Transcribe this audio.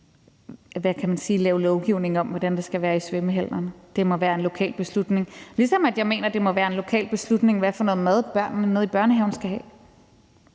den her sal på at lave lovgivning om, hvordan det skal være i svømmehallerne. Det må være en lokal beslutning, ligesom jeg mener, at det må være en lokal beslutning, hvad for noget mad børnene skal have